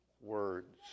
words